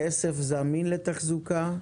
כסף זמין לתחזוקה,